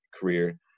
career